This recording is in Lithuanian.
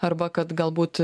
arba kad galbūt